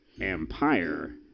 empire